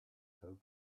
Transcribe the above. held